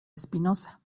espinoza